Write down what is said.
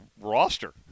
roster